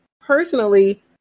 personally